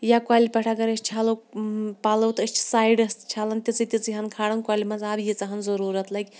یا کۄلہِ پیٚٹھ اَگَر أسۍ چھَلَو پَلَو تہٕ أسۍ چھِ سایڈَس چھَلان تِژِی تِژِی ہٕنۍ کھالان کۄلہِ مَنٛز آب ییٖژاہ ہٕنۍ ضوٚرت لَگہِ